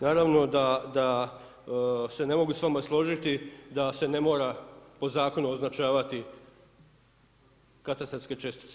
Naravno da se ne mogu s vama složiti da se ne mora po zakonu označavati katastarske čestice.